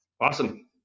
awesome